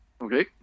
Okay